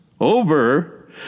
over